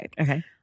Okay